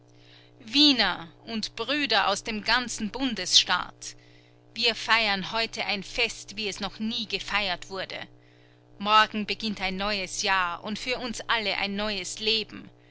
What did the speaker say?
wiener und brüder aus dem ganzen bundesstaat wir feiern heute ein fest wie es noch nie gefeiert wurde morgen beginnt ein neues jahr und für uns alle ein neues leben